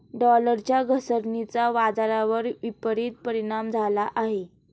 डॉलरच्या घसरणीचा बाजारावर विपरीत परिणाम झाला आहे